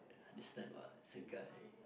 this type ah is a guy